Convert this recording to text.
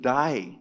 die